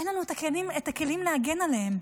אין לנו את הכלים להגן עליהם?